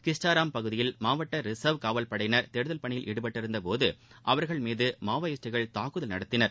கிஸ்டாராம் பகுதியில் மாவட்ட ரிசர்வ் காவல் படையினர் தேடுதல் பணியில் ஈடுபட்டிருந்தபோது அவர்கள் மீது மாவோயிஸ்ட்டுகள் தூக்குதல் நடத்தினர்